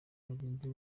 bagenzi